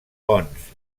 ponts